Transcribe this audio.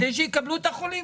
כדי שיקבלו את החולים,